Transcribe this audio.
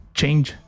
change